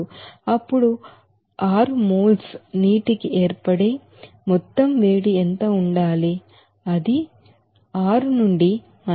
అప్పుడు ఆరు మోల్స్ నీటి కి ఏర్పడే మొత్తం వేడి ఎంత ఉండాలి అది 6 నుండి 57